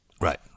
Right